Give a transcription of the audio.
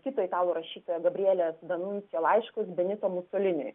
kito italų rašytojo gabrielės danuncijo laiškus benito musoliniui